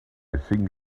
think